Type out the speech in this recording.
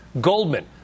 Goldman